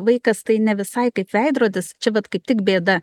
vaikas tai ne visai kaip veidrodis čia vat kaip tik bėda